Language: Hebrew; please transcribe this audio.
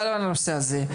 גם על הנושא הזה.